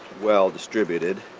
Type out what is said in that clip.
well distributed